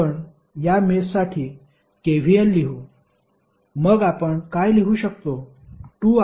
आपण या मेषसाठी KVL लिहू मग आपण काय लिहू शकतो